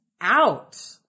out